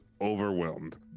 overwhelmed